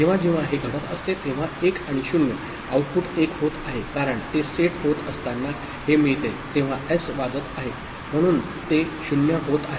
जेव्हा जेव्हा हे घडत असते तेव्हा 1 आणि 0 आऊटपुट एक होत आहे कारण ते सेट होत असताना हे मिळते तेव्हा एस वाजत आहे म्हणून ते 0 होत आहे